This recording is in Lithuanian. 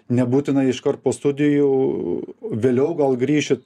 nebūtina iškart po studijų vėliau gal grįšit